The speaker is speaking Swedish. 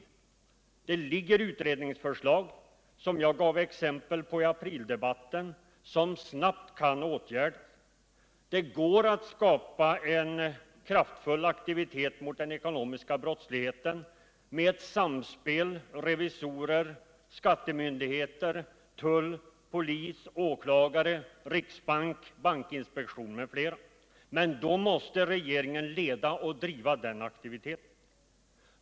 Utredningsförslag ligger färdiga — något som jag gav exempel på i aprildebatten — och de kan snabbt åtgärdas. Det går att skapa en kraftfull aktivitet mot den ekonomiska brottsligheten genom samspel revisorerskattemyndigheter-tull-polis-åklagare-riksbank-bankinspektion m.fl., men då måste regeringen leda och driva den aktiviteten.